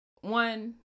one